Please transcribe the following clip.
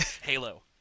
Halo